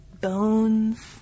bones